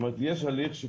זאת אומרת, יש הליך שקורה,